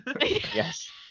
Yes